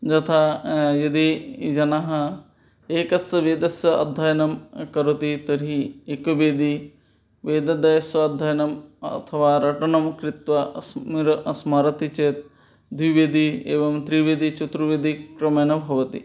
यथा यदि जनः एकस्य वेदस्य अध्ययनं करोति तर्हि एकवेदी वेदद्वयस्य अध्ययनम् अथवा रटनं कृत्वा स्मर स्मरति चेत् द्विवेदी एवं त्रिवेदी चतुर्वेदी क्रमेण भवति